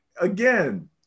again